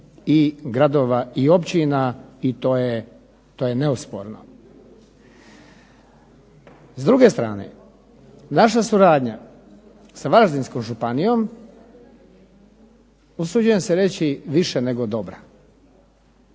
i gradova i općina i to je neosporno. S druge strane, naša suradnja sa Varaždinskom županijom usuđujem se reći više nego dobra,